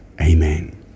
Amen